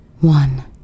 One